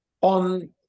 on